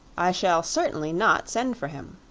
i shall certainly not send for him.